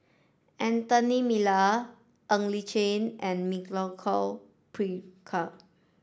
Anthony Miller Ng Li Chin and